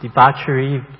debauchery